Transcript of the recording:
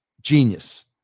genius